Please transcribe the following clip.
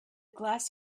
glass